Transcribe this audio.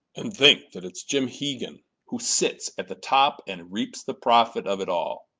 and think that it's jim hegan who sits at the top and reaps the profit of it all!